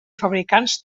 fabricants